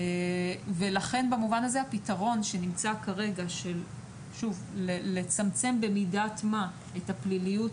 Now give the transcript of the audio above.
לכן הפתרון שמוצע כרגע של לצמצם במידת מה את הפליליות